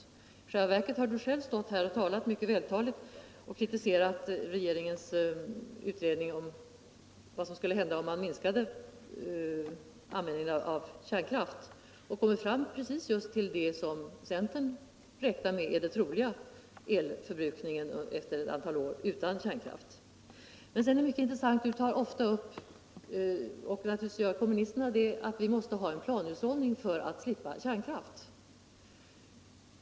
I själva verket har Jörn Svensson själv stått här och mycket vältaligt kritiserat regeringens utredning om vad som skulle hända ifall man minskade användningen av kärnkraft, och han har kommit fram till precis det centern räknar med är den troliga elförbrukningen utan kärnkraft efter ett antal år. Sedan är det intressant att Jörn Svensson så ofta säger — det är naturligt att kommunisterna gör det — att vi måste ha en planhushållning för att slippa kärnkraft.